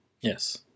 Yes